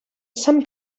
some